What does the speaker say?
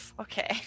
Okay